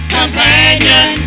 companion